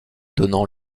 donnant